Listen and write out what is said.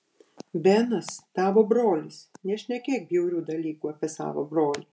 benas tavo brolis nešnekėk bjaurių dalykų apie savo brolį